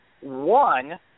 One